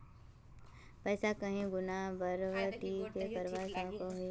पैसा कहीं गुणा बढ़वार ती की करवा सकोहिस?